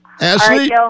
Ashley